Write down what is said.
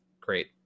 great